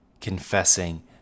confessing